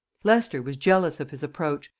leicester was jealous of his approach,